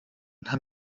haben